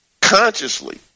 consciously